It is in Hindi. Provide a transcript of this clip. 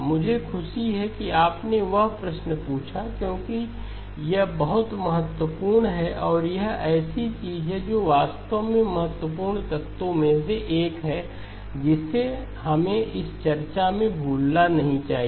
मुझे खुशी है कि आपने वह प्रश्न पूछा क्योंकि यह बहुत महत्वपूर्ण है और यह ऐसी चीज है जो वास्तव में महत्वपूर्ण तत्वों में से एक है जिसे हमें इस चर्चा में भूलना नहीं चाहिए